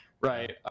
right